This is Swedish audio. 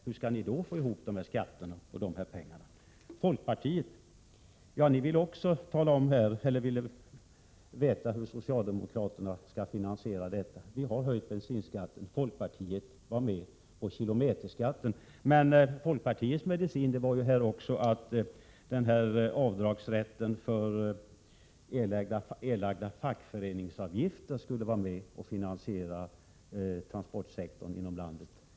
Hur skall ni då få ihop de här pengarna? Folkpartiet vill också veta hur socialdemokraterna skall finansiera detta förslag. Vi har höjt bensinskatten. Folkpartiet var med på kilometerskatten, men folkpartiets medicin var också att avdragsrätten för erlagda fackföreningsavgifter skulle vara med och finansiera transportsektorn inom landet.